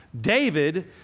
David